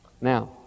Now